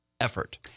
effort